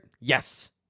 yes